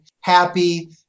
happy